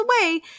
away